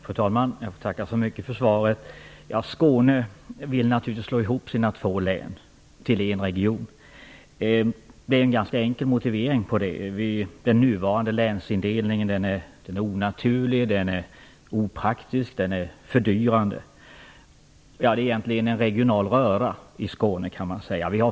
Fru talman! Jag får tacka så mycket för svaret. Skåne vill naturligtvis slå ihop sina två län till en region. Motivet till detta är ganska enkelt: den nuvarande länsindelningen är onaturlig, opraktisk och fördyrande. Man kan säga att vi har en regional röra i Skåne.